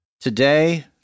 Today